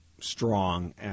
strong